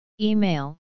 Email